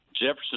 Jefferson